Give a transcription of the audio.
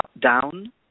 down